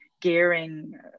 gearing